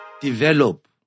Develop